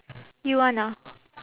you want ah